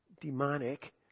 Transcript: demonic